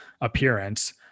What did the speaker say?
appearance